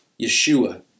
Yeshua